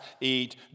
eat